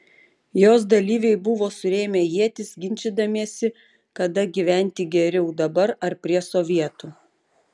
jos dalyviai buvo surėmę ietis ginčydamiesi kada gyventi geriau dabar ar prie sovietų